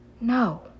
No